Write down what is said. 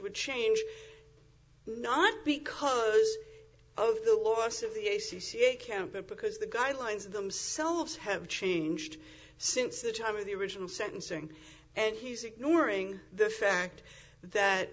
change not because of the loss of the a c c account but because the guidelines themselves have changed since the time of the original sentencing and he's ignoring the fact